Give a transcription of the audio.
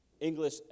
English